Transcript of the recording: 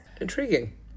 intriguing